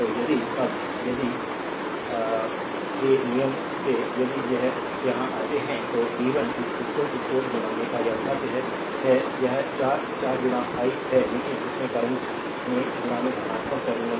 तो यदि अब यदि s के नियम से यदि यह यहाँ आता है तो b 1 4 i अर्थात यह your है यह 4 4 i है लेकिन इसमें करंट में धनात्मक टर्मिनल 4 i प्रविष्ट हो रहा है